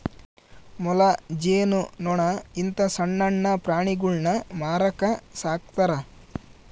ಮೊಲ, ಜೇನು ನೊಣ ಇಂತ ಸಣ್ಣಣ್ಣ ಪ್ರಾಣಿಗುಳ್ನ ಮಾರಕ ಸಾಕ್ತರಾ